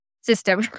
system